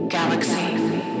Galaxy